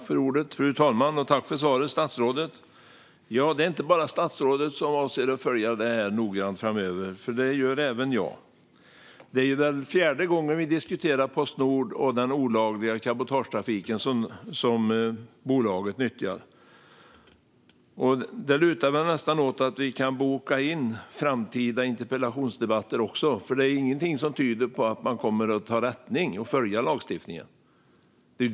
Fru talman! Tack för svaret, statsrådet! Det är inte bara statsrådet som avser att följa detta noggrant framöver, för det gör även jag. Det är fjärde gången vi diskuterar Postnord och den olagliga cabotagetrafiken som bolaget nyttjar. Det lutar nästan åt att vi kan boka in framtida interpellationsdebatter. Det är ingenting som tyder på att man kommer att ta rättning och följa lagstiftningen.